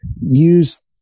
use